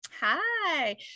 Hi